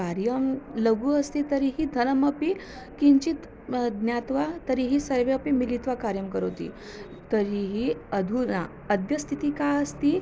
कार्यं लघुः अस्ति तर्हि धनमपि किञ्चित् ज्ञात्वा तर्हि सर्वे अपि मिलित्वा कार्यं करोति तर्हि अधुना अद्य स्थितिः का अस्ति